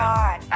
God